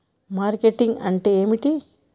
Marketing అంటే ఏంటిది?